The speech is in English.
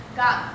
got